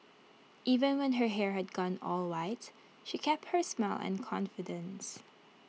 even when her hair had gone all white she kept her smile and confidence